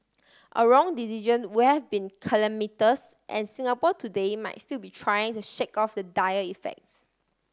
a wrong decision would have been calamitous and Singapore today might still be trying to shake off the dire effects